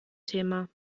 thema